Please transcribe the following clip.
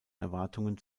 erwartungen